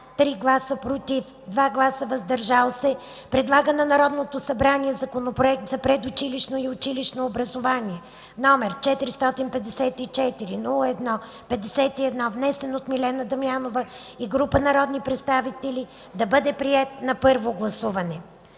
3 гласа – „против”, и 2 гласа – „въздържали се”, предлага на Народното събрание Законопроект за предучилищното и училищното образование, № 454-01-51, внесен от Милена Дамянова и група народни представители, да бъде приет на първо гласуване;